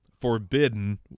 Forbidden